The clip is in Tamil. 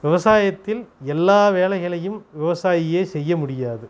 விவசாயத்தில் எல்லா வேலைகளையும் விவசாயியே செய்ய முடியாது